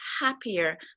happier